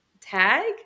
tag